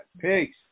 Peace